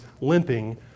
limping